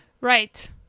right